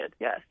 yes